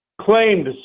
claimed